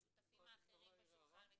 לא משנה, השותפים האחרים בשולחן מכירים.